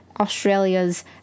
Australia's